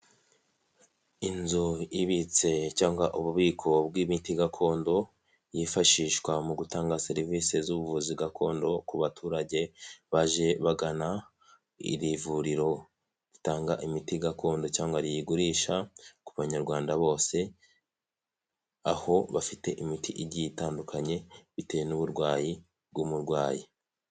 Inzu ibitse cyangwa ububiko bw'imiti gakondo, yifashishwa mu gutanga serivisi z'ubuvuzi gakondo ku baturage baje bagana iri vuriro, ritanga imiti gakondo cyangwa riyigurisha ku banyarwanda bose, aho bafite imiti igiye itandukanye, bitewe n'uburwayi bw'umurwayi.